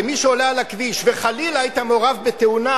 כמי שעלה על הכביש וחלילה היה מעורב בתאונה,